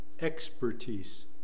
expertise